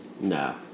No